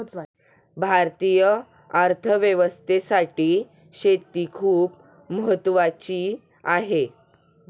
भारतीय अर्थव्यवस्थेसाठी शेती खूप महत्त्वाची आहे